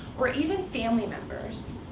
or even family members.